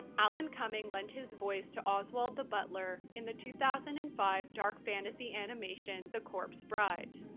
alan cumming lent his voice to oswald the butler in the two thousand and five dark fantasy animation the corpse bride.